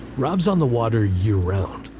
rob's on the water year-round,